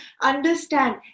understand